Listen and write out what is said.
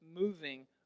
moving